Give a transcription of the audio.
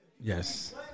Yes